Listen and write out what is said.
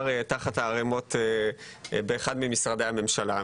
תחת הערימות באחד ממשרדי הממשלה.